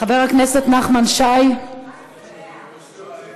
חבר הכנסת נחמן שי, בבקשה.